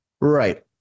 Right